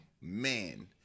man